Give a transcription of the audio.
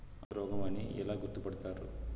ఆకుముడత రోగం అని ఎలా గుర్తుపడతారు?